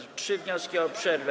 Są trzy wnioski o przerwę.